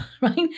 right